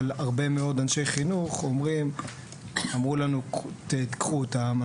אבל הרבה מאוד אנשי חינוך אומרים קחו אותם,